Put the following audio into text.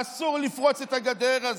אסור לפרוץ את הגדר הזאת.